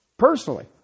Personally